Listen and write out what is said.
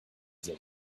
deal